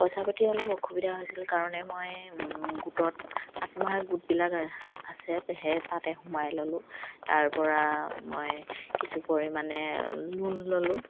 পইচা পাতিৰ অলপ অসুবিধা হৈছিল কাৰণে মই গোটত আত্মসহায়ক গোটবিলাক আছে সেয়ে তাতে সোমাই ল'লোঁ তাৰ পৰা মই কিছু পৰিমাণে লোন ল'লোঁ